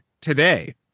today